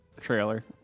trailer